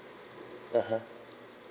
(uh huh)